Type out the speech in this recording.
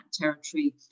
territory